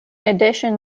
addition